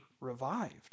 revived